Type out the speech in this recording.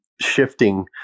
shifting